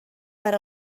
per